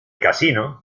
casino